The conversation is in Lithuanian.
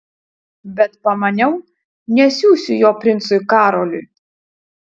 bet pamaniau nesiųsiu jo princui karoliui